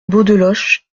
beaudeloche